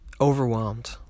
overwhelmed